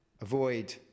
avoid